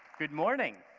good morning.